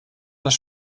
das